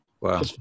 Wow